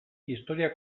historia